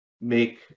make